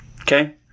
Okay